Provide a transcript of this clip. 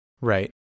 right